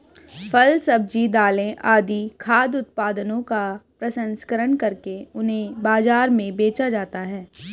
फल, सब्जी, दालें आदि खाद्य उत्पादनों का प्रसंस्करण करके उन्हें बाजार में बेचा जाता है